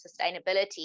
sustainability